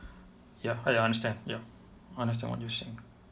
ya I understand ya understand what you're saying